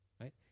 right